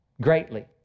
greatly